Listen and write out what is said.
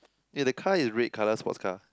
eh that car is red colour sports car